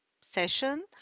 session